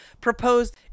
proposed